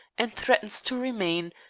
and threatens to remain,